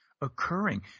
occurring